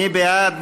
מי בעד?